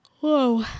whoa